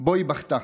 שבו היא בכתה.